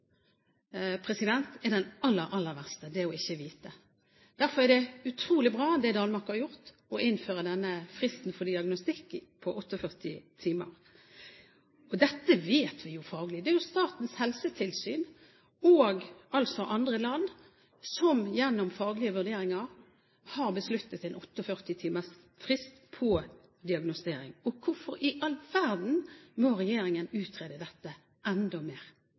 den aller, aller verste. Derfor er det utrolig bra, det Danmark har gjort, å innføre fristen for diagnostikk på 48 timer. Dette vet vi jo faglig. Dette vet Statens helsetilsyn. Det er jo andre land som gjennom faglige vurderinger har besluttet en 48 timers frist for diagnostisering. Hvorfor i all verden må regjeringen utrede dette enda mer?